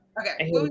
okay